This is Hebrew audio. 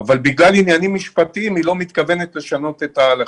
אבל בגלל עניינים משפטיים היא לא מתכוונת לשנות את ההלכה.